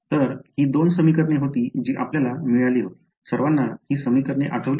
तर ही दोन समीकरणे होती जी आपल्याला मिळाली होती सर्वांना ही समीकरणे आठवली